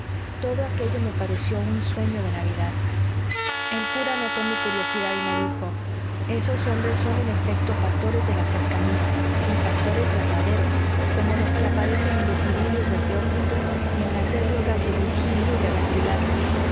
todo aquello me pareció un sueño de navidad el cura notó mi curiosidad y me dijo esos hombres son en efecto pastores de las cercanías y pastores verdaderos como los que aparecen en los idilios de teócrito y en las églogas de virgilio y de garcilaso